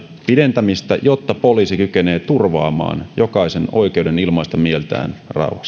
pidentämistä jotta poliisi kykenee turvaamaan jokaisen oikeuden ilmaista mieltään rauhassa